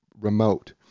remote